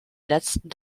letzten